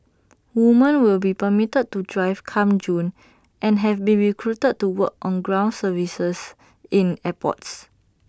women will be permitted to drive come June and have been recruited to work ground service in airports